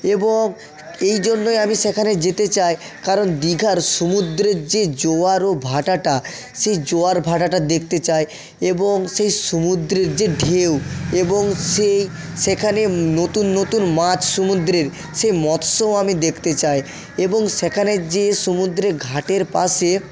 এবং এই জন্যই আমি সেখানে যেতে চাই কারণ দীঘার সমুদ্রের যে জোয়ার ও ভাঁটাটা সে জোয়ার ভাঁটাটা দেখতে চাই এবং সেই সমুদ্রের যে ঢেউ এবং সেই সেখানে নতুন নতুন মাছ সমুদ্রের সে মৎসও আমি দেখতে চাই এবং সেখানের যে সমুদ্রে ঘাটের পাশে